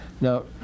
Now